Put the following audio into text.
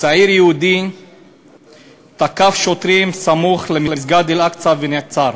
צעיר יהודי תקף שוטרים סמוך למסגד אל-אקצא ונעצר.